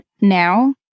now